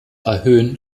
erhöhen